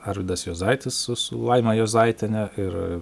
arvydas juozaitis su su laima juozaitiene ir